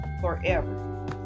forever